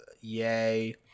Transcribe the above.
Yay